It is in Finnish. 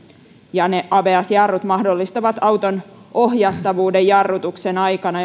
abs jarrut mahdollistavat auton ohjattavuuden jarrutuksen aikana